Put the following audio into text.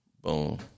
Boom